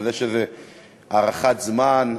זו הארכת זמן,